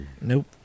Nope